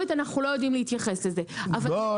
קיבלנו חתיכת נייר שאנחנו יכולים לקחת אותה כמו בעיריית אשדוד,